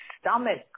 stomach